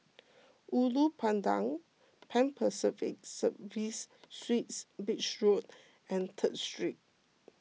Ulu Pandan Pan Pacific Serviced Suites Beach Road and Third Street